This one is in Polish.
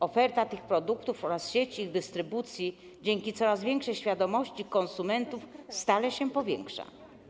Oferta tych produktów oraz sieć ich dystrybucji dzięki coraz większej świadomości konsumentów stale się powiększają.